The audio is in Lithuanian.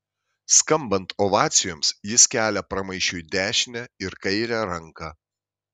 skambant ovacijoms jis kelia pramaišiui dešinę ir kairę ranką